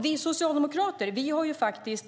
Vi socialdemokrater har faktiskt